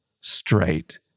straight